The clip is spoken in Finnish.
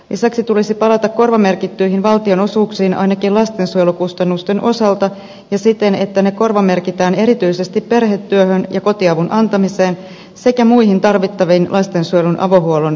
lisäksi tulisi palata korvamerkittyihin valtionosuuksiin ainakin lastensuojelukustannusten osalta ja siten että ne korvamerkitään erityisesti perhetyöhön ja kotiavun antamiseen sekä muihin tarvittaviin lastensuojelun avohuollon tukitoimien kustannuksiin